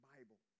Bible